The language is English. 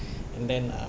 and then uh